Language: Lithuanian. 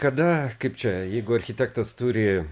kada kaip čia jeigu architektas turi